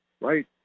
right